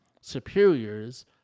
superiors